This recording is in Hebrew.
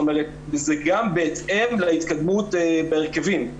זה גם בהתאם להתקדמות בהרכבים.